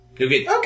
okay